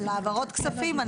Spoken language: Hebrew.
בואו נדבר על העברות כספים.